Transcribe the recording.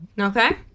okay